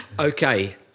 Okay